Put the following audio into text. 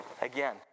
again